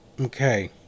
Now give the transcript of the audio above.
Okay